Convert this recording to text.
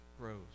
grows